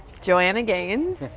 joanna gaines,